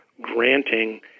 granting